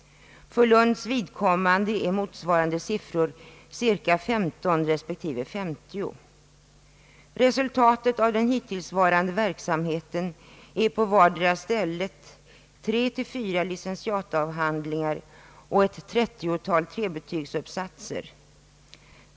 För Lunds vidkommande är motsvarande siffror cirka 15 respektive 50. Resultatet av den hittillsvarande verksamheten är på vardera stället 3—4 licentiatavhandlingar och ett 30-tal trebetygsuppsatser.